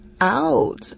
Out